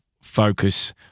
focus